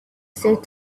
said